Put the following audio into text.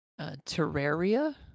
Terraria